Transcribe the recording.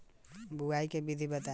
बुआई के विधि बताई?